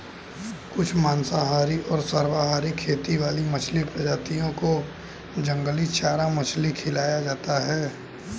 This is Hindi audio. कुछ मांसाहारी और सर्वाहारी खेती वाली मछली प्रजातियों को जंगली चारा मछली खिलाया जाता है